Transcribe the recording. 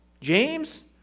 James